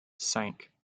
cinq